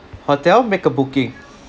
hotel make a booking